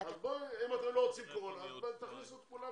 אם אתם לא רוצים קורונה, אז תכניסו את כולם